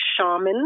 shamans